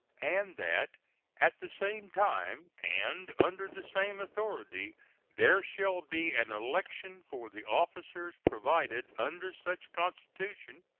and that at the same time and under the same authority there shall be an election for the officers provided under such constitution,